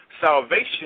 salvation